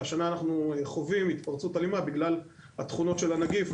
השנה אנחנו חווים התפרצות אלימה בגלל התכונות של הנגיף,